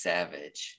Savage